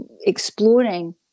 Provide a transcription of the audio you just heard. exploring